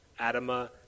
Adama